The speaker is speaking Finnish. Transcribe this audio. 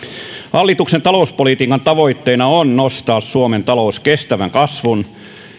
hallituksen talouspolitiikan tavoitteena on nostaa suomen talous kestävän kasvun